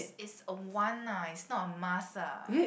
it's a want a it's not a must ah